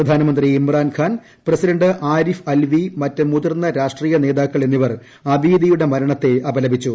പ്രധാനമന്ത്രി ഇമ്രാൻഖാൻ പ്രസിഡന്റ് ആരിഫ് ആൽപ്പി മറ്റ് മുതിർന്ന രാഷ്ട്രീയ നേതാക്കൾ എന്നിവർ അബീദിയുടെ ്മരണത്തെ അപലപിച്ചു